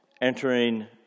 entering